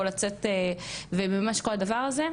או לצאת ולממש את כל הדבר הזה,